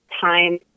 time